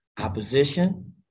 opposition